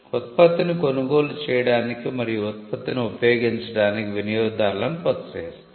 ఉత్పత్తిని కొనుగోలు చేయడానికి మరియు ఉత్పత్తిని ఉపయోగించడానికి వినియోగదారులను ప్రోత్సహిస్తాయి